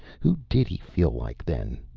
who did he feel like, then?